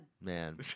Man